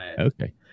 Okay